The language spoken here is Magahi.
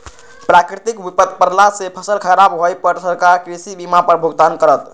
प्राकृतिक विपत परला से फसल खराब होय पर सरकार कृषि बीमा पर भुगतान करत